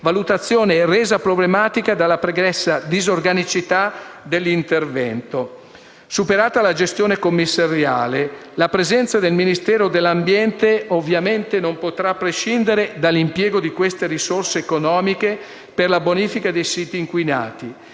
valutazione resa problematica dalla pregressa disorganicità dell'intervento. Superata la gestione commissariale, la presenza del Ministero dell'ambiente ovviamente non potrà prescindere dall'impiego di queste risorse economiche per la bonifica dei siti inquinati.